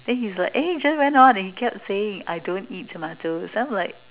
then he's like eh just went on and he kept saying I don't eat tomatoes then I'm like